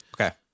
Okay